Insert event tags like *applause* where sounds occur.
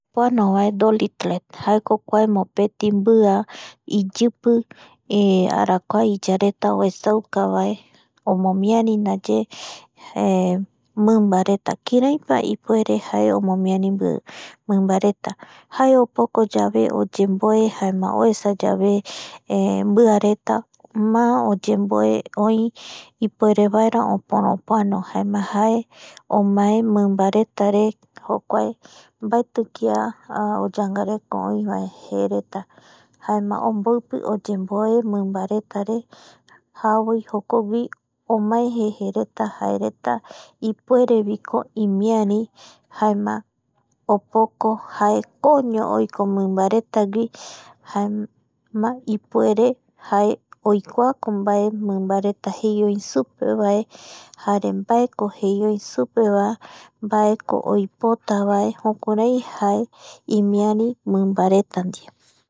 Oporopoano Dolly Tlec jaeko kua mbia iyipi arakua iyareta oesaukavae omomiari ndaye *hesitation* mimbareta, kiraipa jae ipuere omomiari mimbareta jae opokoyave oyemboe jaema esayave *hesitation* mbiareta má oyemboe oi ipuerevaera oporopoano jaema omae mimbaretare jokue mbaeti kia oyangareko oivae jereta jaema omboipi oyemboe mimbaretare javoi jokogui omae jejereta ipuerevi ko imiari jaema opoko jae kooño oiko mimbaretagui *noise* jaema i´puere jae oikuako jae mbae mimbareta jei oi supevae jare mbaeko jei oi supevae mbaeko oipotavae jukurai jae imiari mimbareta ndie